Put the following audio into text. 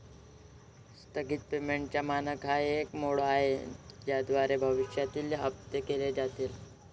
स्थगित पेमेंटचा मानक हा एक मोड आहे ज्याद्वारे भविष्यातील हप्ते केले जातील